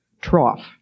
trough